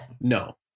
No